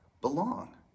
belong